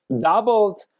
doubled